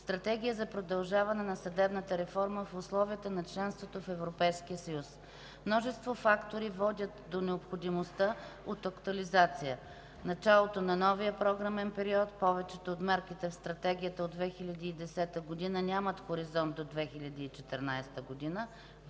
Стратегия за продължаване на съдебната реформа в условията на членство в Европейския съюз. Множество фактори водят до необходимостта от актуализация: началото на новия програмен период (повечето от мерките в Стратегията от 2010 г. имат хоризонт до 2014 г.),